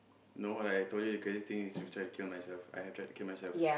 no like I told you the craziest thing is I've tried to kill myself I have tried to kill myself